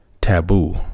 taboo